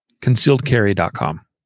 concealedcarry.com